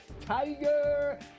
Tiger